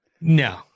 no